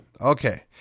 Okay